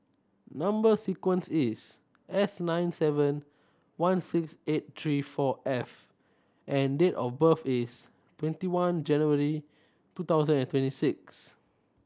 number sequence is S nine seven one six eight three four F and date of birth is twenty one January two thousand and twenty six